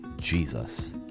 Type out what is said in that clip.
Jesus